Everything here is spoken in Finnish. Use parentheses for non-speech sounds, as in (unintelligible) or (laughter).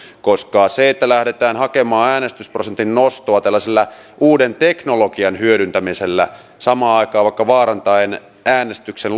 koska sillä että lähdetään hakemaan äänestysprosentin nostoa tällaisella uuden teknologian hyödyntämisellä samaan aikaan vaikka vaarantaen äänestyksen (unintelligible)